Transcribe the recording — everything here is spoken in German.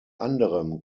anderem